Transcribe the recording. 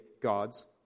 God's